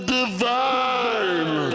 divine